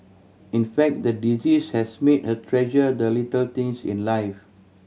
in fact the disease has made her treasure the little things in life